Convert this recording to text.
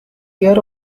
hear